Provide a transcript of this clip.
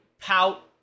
pout